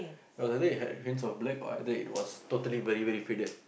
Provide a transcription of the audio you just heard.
well either it had hints of black or either it was totally very very faded